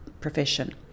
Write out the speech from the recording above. profession